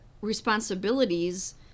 responsibilities